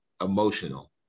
emotional